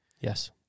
Yes